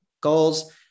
goals